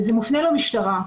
זה מופנה למשטרה.